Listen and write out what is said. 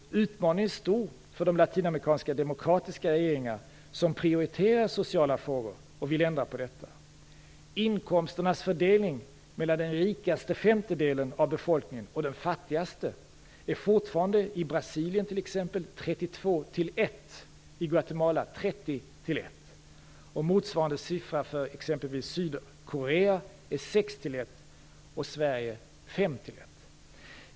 Utmaningen är stor för de latinamerikanska demokratiska regeringar som prioriterar sociala frågor och vill ändra på detta. Inkomsternas fördelning mellan den rikaste femtedelen av befolkningen och den fattigaste är fortfarande i t.ex. Brasilien 32:1 och i Guatemala 30:1. Motsvarande siffra för exempelvis Sydkorea är 6:1 och för Sverige 5:1.